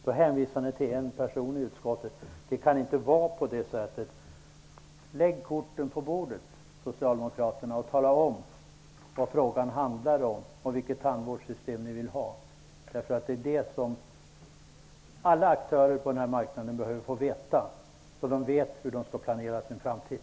Då hänvisar ni till en person i utskottet. Det får inte gå till på det sättet. Lägg korten på bordet, socialdemokrater, och tala om vad frågan handlar om och vilket tandvårdssystem ni vill ha! Det är det som alla aktörer på den här marknaden behöver få veta, så att de kan planera sin framtid.